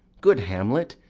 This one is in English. good hamlet,